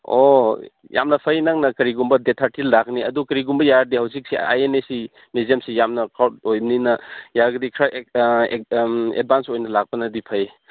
ꯑꯣ ꯌꯥꯝꯅ ꯐꯩ ꯅꯪꯅ ꯀꯔꯤꯒꯨꯝꯕ ꯗꯦꯗ ꯊꯥꯔꯇꯤ ꯂꯥꯛꯀꯅꯤ ꯑꯗꯨ ꯀꯔꯤꯒꯨꯝꯕ ꯌꯥꯔꯗꯤ ꯍꯧꯖꯤꯛꯁꯦ ꯑꯥꯏ ꯑꯦꯟ ꯑꯦꯁꯤ ꯃ꯭ꯌꯨꯖꯝꯁꯤ ꯌꯥꯝꯅ ꯀ꯭ꯔꯥꯎꯗ ꯑꯣꯏꯕꯅꯤꯅ ꯌꯥꯔꯒꯗꯤ ꯈꯔ ꯑꯦꯗꯕꯥꯟꯁ ꯑꯣꯏꯅ ꯂꯥꯛꯄꯅꯗꯤ ꯐꯩ